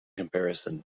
comparison